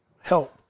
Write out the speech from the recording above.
help